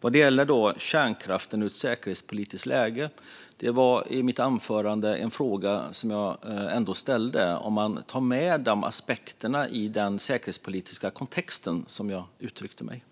Vad gäller kärnkraften och vårt säkerhetspolitiska läge var det en fråga som jag ställde i mitt anförande: om man tar med de aspekterna i den säkerhetspolitiska kontexten, som jag uttryckte mig.